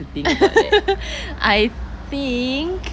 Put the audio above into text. I think